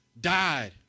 died